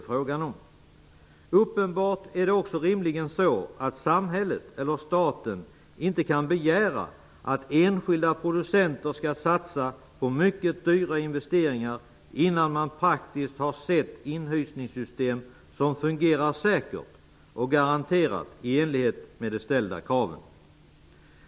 Samhället eller staten kan rimligen inte heller begära att enskilda procucenter skall satsa på mycket dyra investeringar innan man praktiskt har sett inhysningssystem som fungerar säkert och garanterat i enlighet med de ställda kraven.